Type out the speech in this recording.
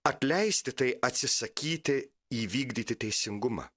atleisti tai atsisakyti įvykdyti teisingumą